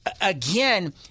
again